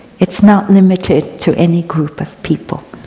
it's not limited to any group of people.